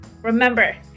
Remember